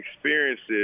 experiences